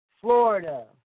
Florida